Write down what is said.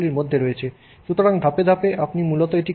সুতরাং ধাপে ধাপে আপনি মূলত এটি করেন